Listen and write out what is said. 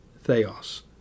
Theos